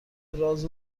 راز